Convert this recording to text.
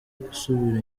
gusubira